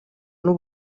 n’u